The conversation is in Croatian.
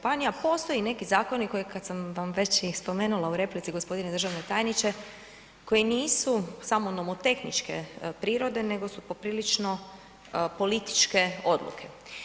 Postoje neki zakoni koji kad sam vam ih već spomenula u replici g. državni tajniče, koji nisu samo nomotehničke prirode nego su poprilično političke odluke.